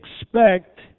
expect